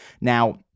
Now